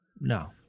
no